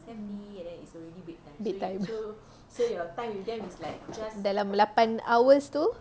hmm bedtime dalam lapan hours tu